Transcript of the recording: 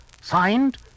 Signed